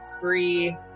free